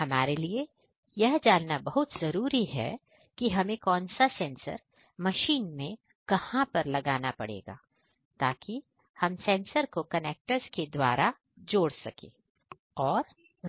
हमारे लिए यह जानना बहुत जरूरी है कि हमें कौन सा सेंसर मशीन मेंकहां पर लगाना पड़ेगा ताकि हम सेंसर को कनेक्टर्स के द्वारा जोड़ सकें और